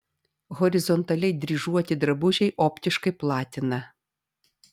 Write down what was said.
horizontaliai dryžuoti drabužiai optiškai platina